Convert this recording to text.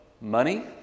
money